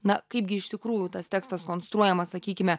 na kaipgi iš tikrųjų tas tekstas konstruojamas sakykime